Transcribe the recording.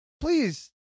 please